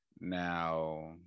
Now